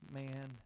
man